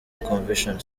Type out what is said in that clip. convention